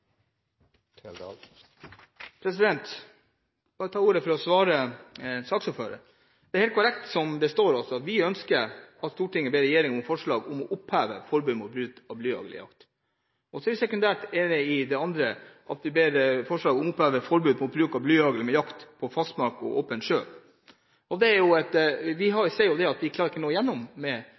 for bare å svare saksordføreren. Det er helt korrekt som det står. Vi ønsker at Stortinget ber «regjeringen fremme forslag om å oppheve forbud mot bruk av blyhagl til jakt». Sekundært ber vi «regjeringen fremme forslag om å oppheve forbudet mot bruk av blyhagl ved jakt på fastmark og over åpen sjø». Vi ser at vi ikke klarer å nå igjennom med det førstnevnte forslaget, fordi vi er alene om det. Så sier man at Norges Jeger- og Fiskerforbund ikke ønsker dette. Det er – med